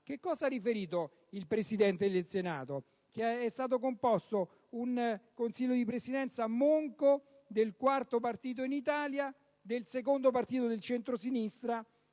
che cosa ha riferito il Presidente del Senato sul fatto che è stato composto un Consiglio di Presidenza monco del quarto partito in Italia, secondo partito del centrosinistra,